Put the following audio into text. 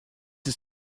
ist